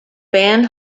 band